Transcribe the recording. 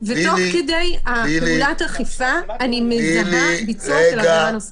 אז דקה לפני ההצבעה אפשר עוד גם לתקן דברים אם